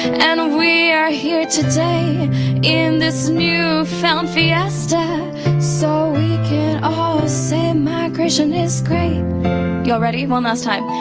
and we are here today in this new found fiesta so we can say migration is great you all ready? one last time.